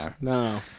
no